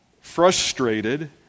frustrated